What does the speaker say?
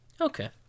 Okay